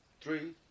Three